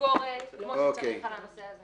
ביקורת כמו שצריך על הנושא הזה.